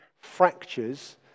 fractures